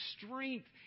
strength